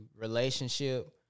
relationship